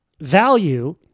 value